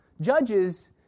Judges